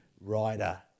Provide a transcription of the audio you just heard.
rider